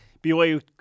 BYU